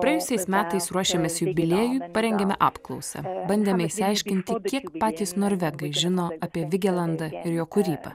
praėjusiais metais ruošiamės jubiliejui parengėme apklausą bandėme išsiaiškinti kiek patys norvegai žino apie vigelandą ir jo kūrybą